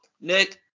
nick